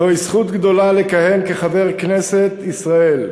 זוהי זכות גדולה לכהן כחבר בכנסת ישראל.